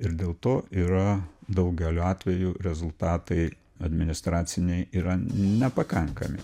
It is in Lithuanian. ir dėl to yra daugeliu atvejų rezultatai administraciniai yra nepakankami